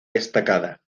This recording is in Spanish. destacada